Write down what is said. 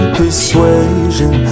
persuasion